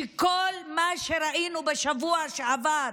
שכל מה שראינו בשבוע שעבר,